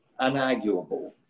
unarguable